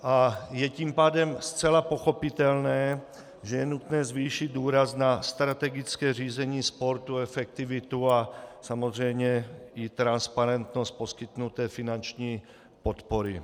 A je tím pádem zcela pochopitelné, že je nutné zvýšit důraz na strategické řízení sportu, efektivitu a samozřejmě i transparentnost poskytnuté finanční podpory.